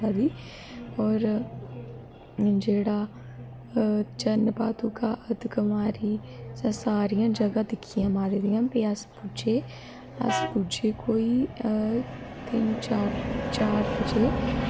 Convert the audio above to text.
नारदाना मिगी नी लगदा कि बाह्र बी जादा बनदी होऐ पर साढ़ै इत्थें बड़ी बनदी नािदाने दी चटनी कोई आऐ दा होऐ ते पकोड़े बड़े बनदे पकोड़े चटनी कन्नै चा कन्नै ते मेरा अगर आक्खो ते में ते जादा राजमाहं ते चोल गै बनानी